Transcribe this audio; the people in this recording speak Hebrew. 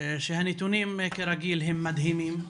הנתונים כרגיל הם מדהימים.